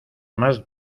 más